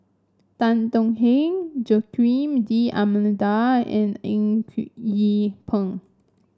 Tan Tong Hye Joaquim D'Almeida and Eng Yee Peng